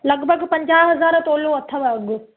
लॻिभॻि पंजाह हज़ार तोलो अथव अघु